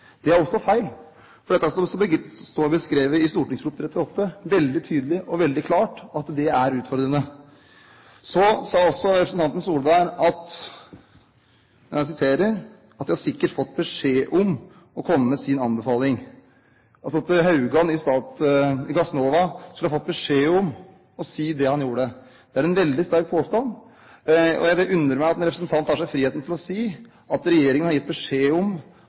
Det er også feil. For det står veldig tydelig og veldig klart beskrevet i St.prp. nr. 38 for 2008–2009 at det er utfordrende. Representanten Solberg sa også at de sikkert har fått beskjed om å komme med sin anbefaling, altså at Haugan i Gassnova skulle ha fått beskjed om å si det han gjorde. Det er en veldig sterk påstand, og jeg undrer meg over at en representant tar seg den frihet å si at regjeringen har gitt beskjed om